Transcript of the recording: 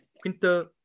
Quinta